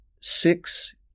six